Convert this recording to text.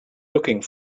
looking